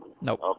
Nope